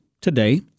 today